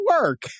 work